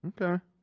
Okay